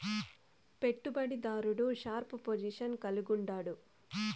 పెట్టుబడి దారుడు sharp position కలిగుండాడు